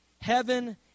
heaven